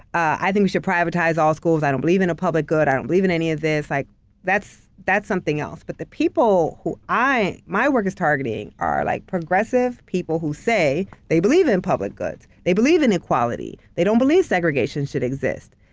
i think we should privatize all schools. i don't believe in a public good. i don't believe in any of this. like that's that's something else. but the people who my work is targeting, are like progressive people, who say, they believe in public goods, they believe in equality. they don't believe segregation should exist.